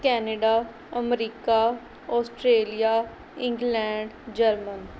Canada America Australia England German